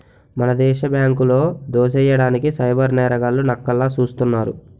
మన దేశ బ్యాంకులో దోసెయ్యడానికి సైబర్ నేరగాళ్లు నక్కల్లా సూస్తున్నారు